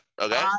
okay